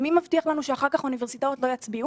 מי מבטיח לנו שאחר כך אוניברסיטאות לא יצביעו,